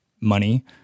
money